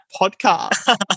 podcast